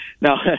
now